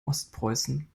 ostpreußen